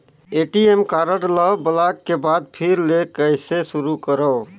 ATM card ल block के बाद फिर ले कइसे शुरू करव?